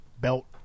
Belt